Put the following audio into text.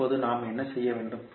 இப்போது நாம் என்ன செய்ய வேண்டும்